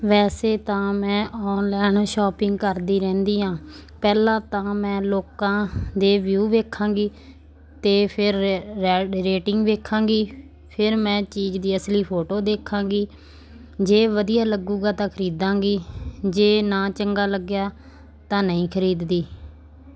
ਵੈਸੇ ਤਾਂ ਮੈਂ ਆਨਲਾਈਨ ਸ਼ਾਪਿੰਗ ਕਰਦੀ ਰਹਿੰਦੀ ਹਾਂ ਪਹਿਲਾਂ ਤਾਂ ਮੈਂ ਲੋਕਾਂ ਦੇ ਵਿਊ ਵੇਖਾਂਗੀ ਅਤੇ ਫਿਰ ਰ ਰੈ ਰੇਟਿੰਗ ਵੇਖਾਂਗੀ ਫਿਰ ਮੈਂ ਚੀਜ਼ ਦੀ ਅਸਲੀ ਫੋਟੋ ਦੇਖਾਂਗੀ ਜੇ ਵਧੀਆ ਲੱਗੂਗਾ ਤਾਂ ਖਰੀਦਾਂਗੀ ਜੇ ਨਾ ਚੰਗਾ ਲੱਗਿਆ ਤਾਂ ਨਹੀਂ ਖਰੀਦਦੀ